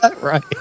Right